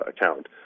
account